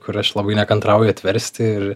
kur aš labai nekantrauju atversti ir